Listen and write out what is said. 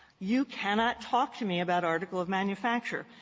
you cannot talk to me about article of manufacture.